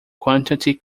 quantity